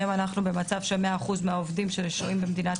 היום אנחנו במצב שבו 100 אחוזים מהעובדים ששוהים במדינת